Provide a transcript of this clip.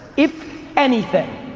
if anything,